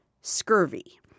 scurvy